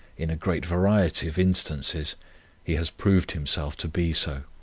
in a great variety of instances he has proved himself to be so.